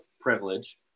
privilege